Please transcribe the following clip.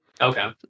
Okay